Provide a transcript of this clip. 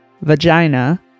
vagina